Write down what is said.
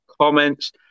comments